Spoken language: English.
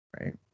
Right